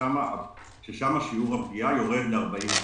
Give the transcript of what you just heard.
ששם שיעור הפגיעה יורד ל-40%.